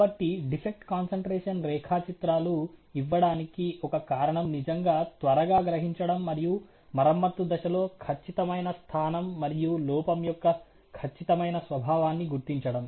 కాబట్టి defect concentration రేఖాచిత్రాలు ఇవ్వడానికి ఒక కారణం నిజంగా త్వరగా గ్రహించడం మరియు మరమ్మత్తు దశలో ఖచ్చితమైన స్థానం మరియు లోపం యొక్క ఖచ్చితమైన స్వభావాన్ని గుర్తించడం